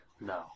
No